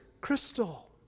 crystal